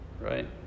right